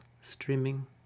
streaming